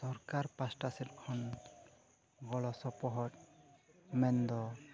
ᱥᱚᱨᱠᱟᱨ ᱯᱟᱥᱴᱟ ᱥᱮᱫ ᱠᱷᱚᱱ ᱜᱚᱲᱚ ᱥᱚᱯᱚᱦᱚᱫ ᱢᱮᱱᱫᱚ